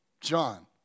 John